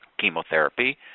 Chemotherapy